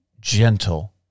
gentle